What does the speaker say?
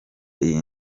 iyi